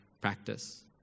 practice